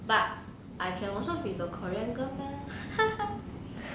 but I can also be the korean girl mah ha ha